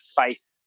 faith